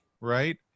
right